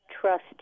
trust